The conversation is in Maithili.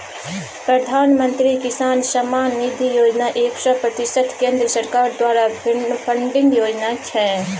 प्रधानमंत्री किसान सम्मान निधि योजना एक सय प्रतिशत केंद्र सरकार द्वारा फंडिंग योजना छै